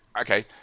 Okay